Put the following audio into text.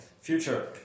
future